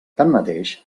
tanmateix